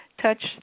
touch